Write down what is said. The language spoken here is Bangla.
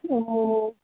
ও